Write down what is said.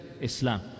Islam